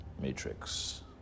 Matrix